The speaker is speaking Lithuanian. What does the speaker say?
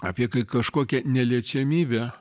apie kažkokią neliečiamybę